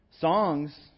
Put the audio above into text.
songs